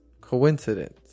coincidence